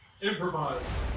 Improvise